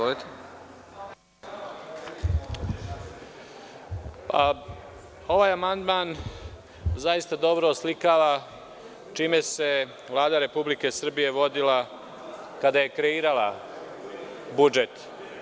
Ovaj amandman zaista dobro oslikava čime se Vlada Republike Srbije vodila kada je kreirala budžet.